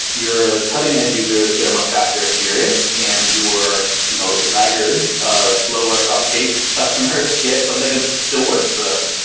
your cutting edge users get a much faster experience and your you know laggard, or slower uptake customers gets something that still works for them.